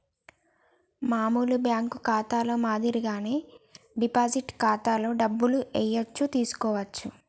మామూలు బ్యేంకు ఖాతాలో మాదిరిగానే డిపాజిట్ ఖాతాలో డబ్బులు ఏయచ్చు తీసుకోవచ్చు